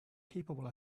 capable